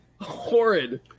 horrid